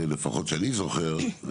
לפחות שאני זוכר,